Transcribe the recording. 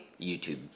youtube